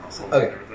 Okay